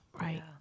Right